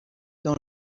dans